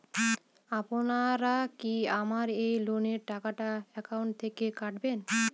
আপনারা কি আমার এই লোনের টাকাটা একাউন্ট থেকে কাটবেন?